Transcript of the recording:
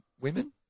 women